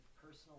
personal